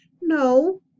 No